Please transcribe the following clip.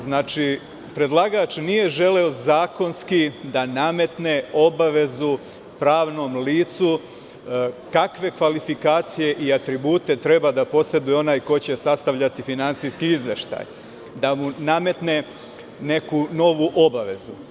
Znači, predlagač nije želeo zakonski da nametne obavezu pravnom licu kakve kvalifikacije i atribute treba da poseduje onaj ko će sastavljati finansijski izveštaj, da mu nametne neku novu obavezu.